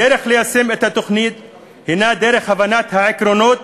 הדרך ליישם את התוכנית היא דרך הבנת העקרונות